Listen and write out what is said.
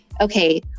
okay